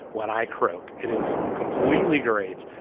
when i croak it is completely great.